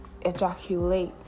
ejaculate